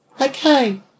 Okay